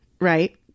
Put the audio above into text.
right